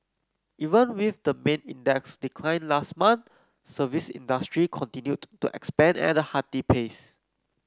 even with the main index decline last month service industry continued to expand at a hearty pace